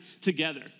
together